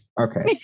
okay